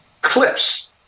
clips